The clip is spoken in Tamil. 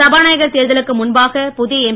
சபாநாயகர் தேர்தலுக்கு முன்பாக புதிய எம்